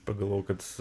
pagalvojau kad